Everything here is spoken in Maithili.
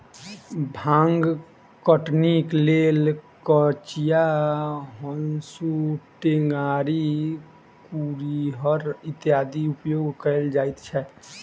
भांग कटनीक लेल कचिया, हाँसू, टेंगारी, कुरिहर इत्यादिक उपयोग कयल जाइत छै